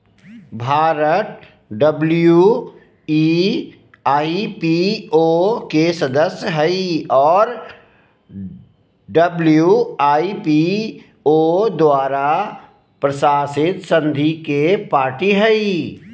Bharat WIPO के सदस्य हइ और डब्ल्यू.आई.पी.ओ द्वारा प्रशासित संधि के पार्टी हइ